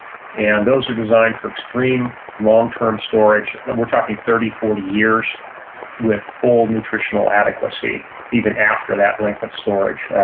and those are designed for extreme long-term storage. we're talking thirty, forty years with full nutritional adequacy, even after that length of storage.